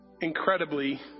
incredibly